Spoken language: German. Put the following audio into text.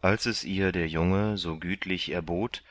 als es ihr der junge so gütlich erbot